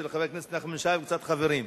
של חבר הכנסת נחמן שי וקבוצת חברים,